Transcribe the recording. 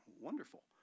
wonderful